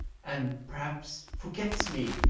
and, perhaps, forgets me.